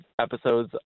episodes